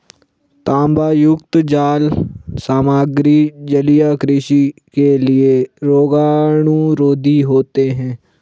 तांबायुक्त जाल सामग्री जलीय कृषि के लिए रोगाणुरोधी होते हैं